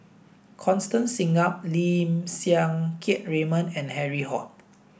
Constance Singam Lim Siang Keat Raymond and Harry Ord